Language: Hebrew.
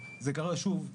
הגברת המענים בשוטף,